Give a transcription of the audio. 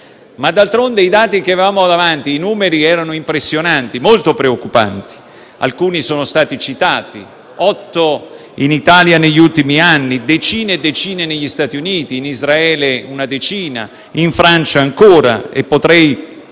D'altronde, i dati che avevamo davanti, i numeri erano impressionanti, molto preoccupanti e alcuni sono stati citati: otto casi in Italia negli ultimi anni, decine e decine negli Stati Uniti, in Israele una decina, in Francia ancora altri